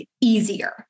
easier